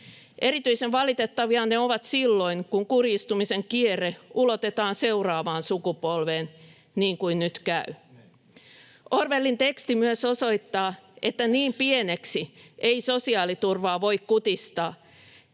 Erityisen valitettavia ne ovat silloin, kun kurjistumisen kierre ulotetaan seuraavaan sukupolveen, niin kuin nyt käy. Orwellin teksti myös osoittaa, että niin pieneksi ei sosiaaliturvaa voi kutistaa,